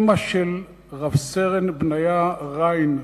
אמא של רב-סרן בניה ריין,